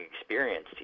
experience